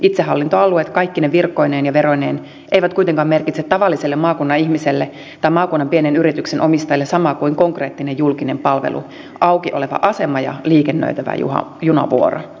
itsehallintoalueet kaikkine virkoineen ja veroineen eivät kuitenkaan merkitse tavalliselle maakunnan ihmiselle tai maakunnan pienen yrityksen omistajille samaa kuin konkreettinen julkinen palvelu auki oleva asema ja liikennöitävä junavuoro